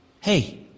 Hey